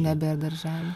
nebėr darželių